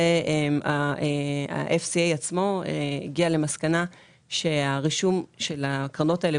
שהיו רשומות ברשימת הפרימיום וה-FCA הגיע למסקנה שהרישום של הקרנות האלו